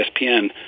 ESPN